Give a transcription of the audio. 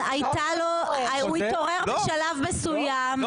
הוא התעורר בשלב מסוים,